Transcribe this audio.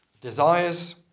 desires